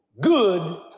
good